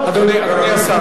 אדוני השר,